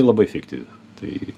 labai efektyvi tai